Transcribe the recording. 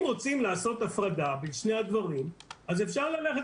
אם רוצים לעשות הפרדה בין שני הדברים אז אפשר ללכת